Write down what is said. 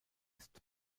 ist